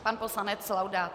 Pan poslanec Laudát.